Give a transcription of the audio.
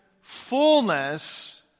fullness